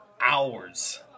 hours